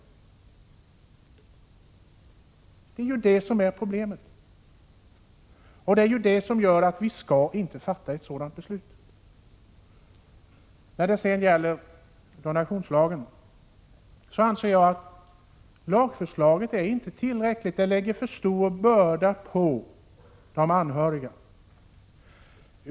Det är det som är problemet, och det är detta som gör att vi inte bör fatta ett sådant beslut. När det gäller transplantationslagen anser jag att lagförslaget inte är tillräckligt — det lägger för stor börda på de anhöriga.